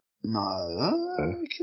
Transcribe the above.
No